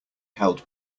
held